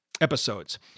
episodes